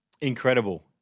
Incredible